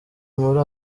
muri